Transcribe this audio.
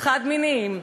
חד-מיניים,